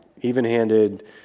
even-handed